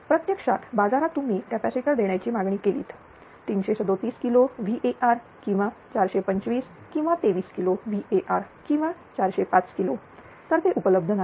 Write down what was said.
प्रत्यक्षात बाजारात तुम्ही कॅपॅसिटर देण्याची मागणी केलीत 337 किलो VAr किंवा 425 किंवा 23 किलो VAr किंवा 405 किलो तर ते उपलब्ध नाहीत